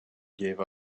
gave